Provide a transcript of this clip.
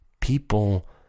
People